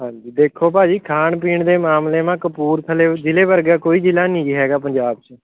ਹਾਂਜੀ ਦੇਖੋ ਭਾਅ ਜੀ ਖਾਣ ਪੀਣ ਦੇ ਮਾਮਲੇ ਮਾ ਕਪੂਰਥਲੇ ਜ਼ਿਲ੍ਹੇ ਵਰਗਾ ਕੋਈ ਜ਼ਿਲ੍ਹਾ ਨਹੀਂ ਜੀ ਹੈਗਾ ਪੰਜਾਬ 'ਚ